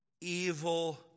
evil